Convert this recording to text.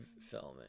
filming